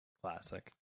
Classic